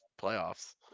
playoffs